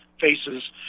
faces